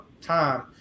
time